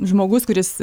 žmogus kuris